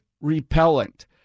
Repellent